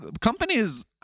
Companies